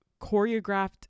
choreographed